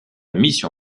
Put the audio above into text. mission